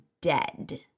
dead